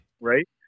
right